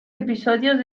episodios